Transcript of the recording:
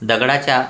दगडाच्या